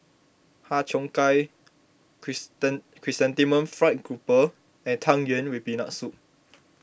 Har Cheong Gai Chrysanthemum Fried Grouper and Tang Yuen with Peanut Soup